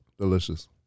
delicious